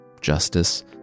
Justice